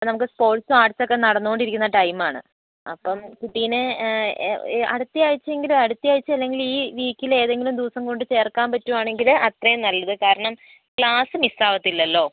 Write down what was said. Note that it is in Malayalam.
ഇപ്പോൾ നമുക്ക് സ്പോർട്സും ആർട്സും ഒക്കെ നടന്നുകൊണ്ടിരിക്കുന്ന ടൈം ആണ് അപ്പം കുട്ടീനെ അടുത്തയാഴ്ചയെങ്കിലും അടുത്തയാഴ്ച അല്ലെങ്കിൽ ഈ വീക്കിൽ ഏതെങ്കിലും ദിവസം കൊണ്ട്ചേർക്കാൻ പറ്റുവാണെങ്കിൽ അത്രയും നല്ലത് കാരണം ക്ലാസ് മിസ്സ് ആവത്തില്ലല്ലോ